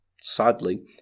sadly